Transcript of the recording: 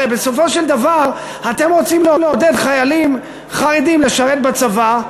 הרי בסופו של דבר אתם רוצים לעודד חיילים חרדים לשרת בצבא,